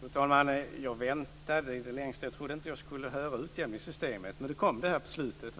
Fru talman! Jag väntade i det längsta. Jag trodde inte att jag skulle få höra något om utjämningssystemet. Men nu togs det upp här på slutet.